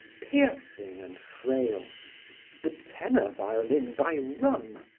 piercing and frail the tenor violin by rum,